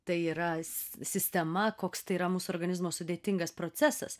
tai yra sistema koks tai yra mūsų organizmo sudėtingas procesas